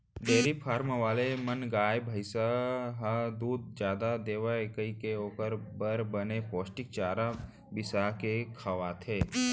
dairy farm वाले मन गाय, भईंस ह दूद जादा देवय कइके ओकर बर बने पोस्टिक चारा बिसा के खवाथें